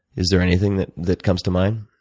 is there anything that that comes to mind?